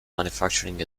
manufacturing